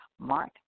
Mark